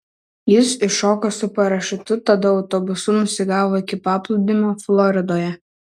jis iššoko su parašiutu tada autobusu nusigavo iki paplūdimio floridoje